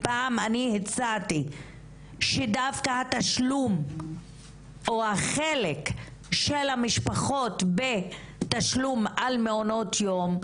פעם אני הצעתי שדווקא התשלום או החלק של המשפחות בתשלום על מעונות יום,